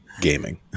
gaming